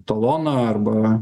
taloną arba